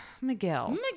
Miguel